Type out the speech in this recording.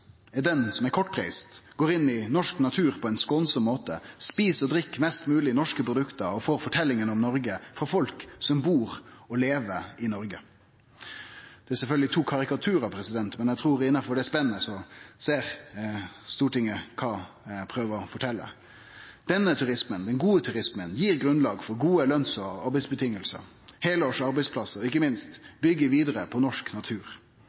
er den som er kortreist, går inn i norsk natur på ein skånsam måte, et og drikk mest mogleg norske produkt og får forteljinga om Noreg frå folk som bur og lever i Noreg. Det er sjølvsagt to karikaturar, men eg trur at innanfor det spennet ser Stortinget kva eg prøver å fortelje. Denne turismen, den gode turismen, gir grunnlag for gode løns- og arbeidsvilkår og heilårs arbeidsplassar, og byggjer ikkje minst vidare på norsk natur.